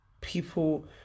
people